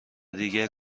دیگه